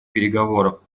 переговоров